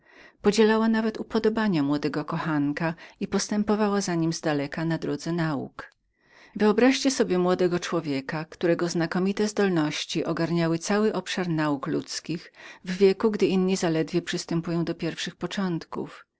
podzielała nawet upodobania młodego kochanka i zdaleka postępowała za nim na drodze nauk wyobraźcie sobie młodego człowieka którego znakomite zdolności ogarniały cały obszar nauk ludzkich w wieku gdzie inni zaledwie przystępują do pierwszych początków